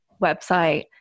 website